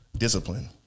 Discipline